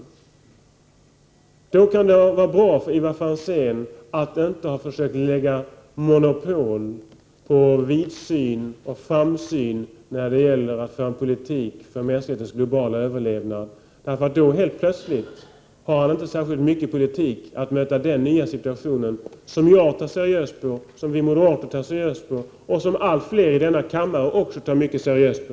Då kan det vara bra för Ivar Franzén att inte ha försökt lägga monopol på vidsyn och framsynthet när det gäller att föra en politik för mänsklighetens globala överlevnad, eftersom han då helt plötsligt inte har särskilt mycket politik för att möta den nya situation som jag tar seriöst på, som vi moderater tar seriöst på och som allt fler i denna kammare också tar mycket seriöst på.